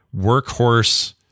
workhorse